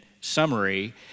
summary